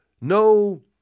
no